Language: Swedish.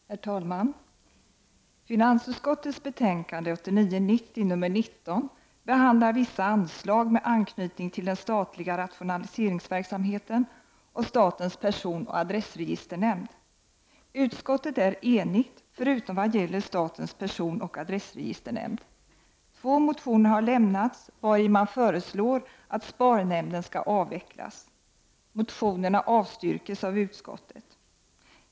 Herr talman! Finansutskottets betänkande 1989/90:19 behandlar vissa anslag med anknytning till den statliga rationaliseringsverksamheten och statens personoch adressregisternämnd. Utskottet är enigt förutom vad gäller statens personoch adressregisternämnd. Två motioner har lämnats, vari man föreslår att SPAR-nämnden skall avvecklas. Motionerna avstyrks av utskottet.